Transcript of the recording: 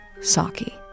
Saki